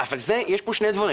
אבל יש פה שני דברים,